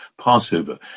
passover